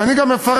ואני גם אפרט.